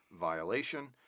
violation